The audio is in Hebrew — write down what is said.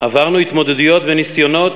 עברנו התמודדויות וניסיונות